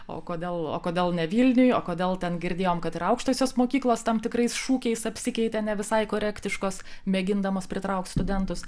o kodėl o kodėl ne vilniuj o kodėl ten girdėjom kad ir aukštosios mokyklos tam tikrais šūkiais apsikeitė ne visai korektiškos mėgindamos pritraukti studentus